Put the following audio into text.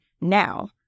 now